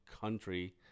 country